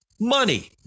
money